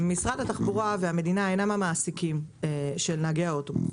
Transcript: משרד התחבורה והמדינה אינם המעסיקים של נהגי האוטובוס,